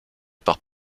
par